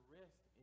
rest